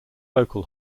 vocal